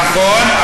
נכון.